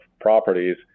properties